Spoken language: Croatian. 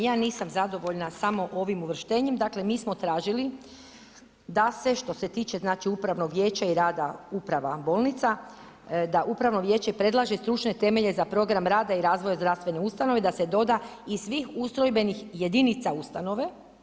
Ja nisam zadovoljna samo ovim uvrštenjem, dakle mi smo tražili da se što se tiče upravnog vijeća i rada uprava bolnica, da upravno vijeće predlaže stručne temelje za program rada i razvoja zdravstvene ustanove da se doda: i svih ustrojbenih jedinica ustanove.